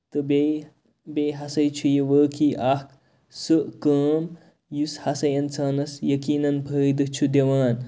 تہٕ بیٚیہِ بیٚیہِ ہسا چھُ یہِ وٲقٕے اکھ سُہ کٲم یُس ہسا اِنسانَس یَقیٖنَن فٲیدٕ چھُ دِوان